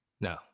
no